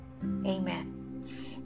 Amen